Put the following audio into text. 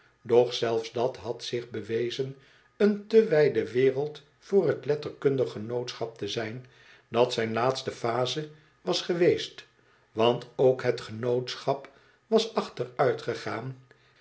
doch zelfs dat had zich bewezen een te wijde wereld voor t letterkundige genootschap te zijn dat zyn laatste phase was geweest want ook het genootschap was achteruitgegaan